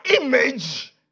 image